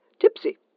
tipsy